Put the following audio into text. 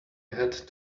had